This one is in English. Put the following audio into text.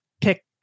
pick